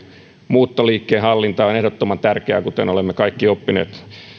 muuttoliikkeen hallinta on ehdottoman tärkeää kuten olemme kaikki oppineet